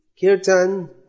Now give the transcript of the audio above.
Kirtan